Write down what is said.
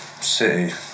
City